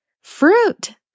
Fruit